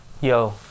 yo